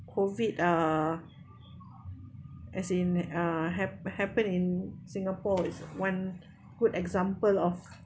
COVID uh as in uh hap~ happen in singapore is one good example of